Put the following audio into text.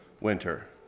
winter